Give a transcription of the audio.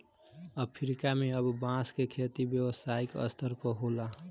Africa में अब बांस के खेती व्यावसायिक स्तर पर होता